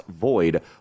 void